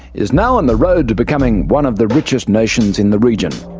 is now on the road to becoming one of the richest nations in the region.